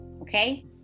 Okay